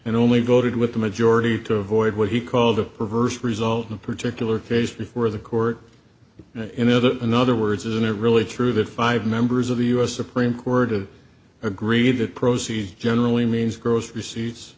and only voted with the majority to avoid what he called a perverse result in a particular case before the court and in other in other words isn't it really true that five members of the u s supreme court to agree that proces generally means gro